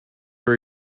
are